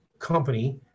company